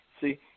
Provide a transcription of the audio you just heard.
See